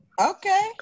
Okay